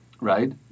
right